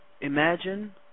Imagine